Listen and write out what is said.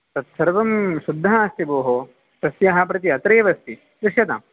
तत्सर्वं शुद्धः अस्ति भोः तस्याः प्रति अत्रैव अस्ति दृश्यताम्